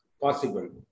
possible